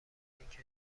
اینکه